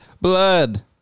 blood